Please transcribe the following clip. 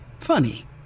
Funny